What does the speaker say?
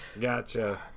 gotcha